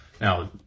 Now